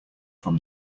from